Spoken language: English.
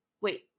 Wait